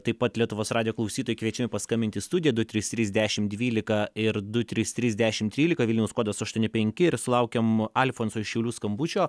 taip pat lietuvos radijo klausytojai kviečiami paskambinti į studiją du trys trys dešimt dvylika ir du trys trys dešimt trylika vilniaus kodas aštuoni penki ir sulaukiam alfonso iš šiaulių skambučio